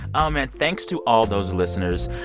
oh, man. thanks to all those listeners.